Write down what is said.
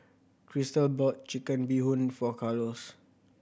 Chrystal bought Chicken Bee Hoon for Carlos